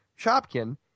Shopkin